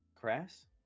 Crass